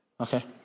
Okay